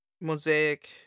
Mosaic